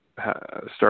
start